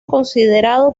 considerado